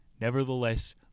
Nevertheless